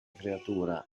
creatura